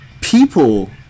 people